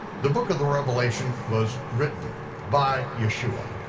the book of the revelation was written by yeshua.